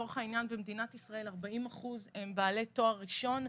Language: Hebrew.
במדינת ישראל 40% הם בעלי תואר ראשון,